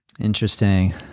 Interesting